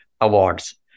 Awards